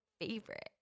favorite